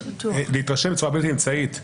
צריך להתרשם בצורה בלתי אמצעית מהחייב.